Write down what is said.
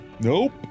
Nope